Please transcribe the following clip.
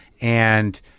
and-